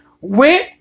went